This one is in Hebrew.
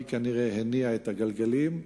והיא כנראה הניעה את הגלגלים.